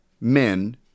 men